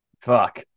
fuck